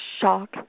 shock